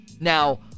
now